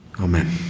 Amen